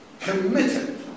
committed